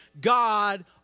God